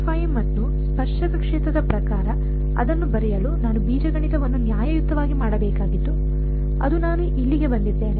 ∇ϕ ಮತ್ತು ಸ್ಪರ್ಶಕ ಕ್ಷೇತ್ರದ ಪ್ರಕಾರ ಅದನ್ನು ಬರೆಯಲು ನಾನು ಬೀಜಗಣಿತವನ್ನು ನ್ಯಾಯಯುತವಾಗಿ ಮಾಡಬೇಕಾಗಿತ್ತು ಅದು ನಾನು ಇಲ್ಲಿಗೆ ಬಂದಿದ್ದೇನೆ